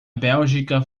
bélgica